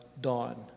dawn